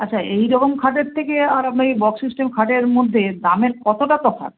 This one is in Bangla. আচ্ছা এইরকম খাটের থেকে আর আপনার ওই বক্স সিস্টেম খাটের মধ্যে দামের কতটা তফাৎ